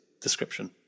description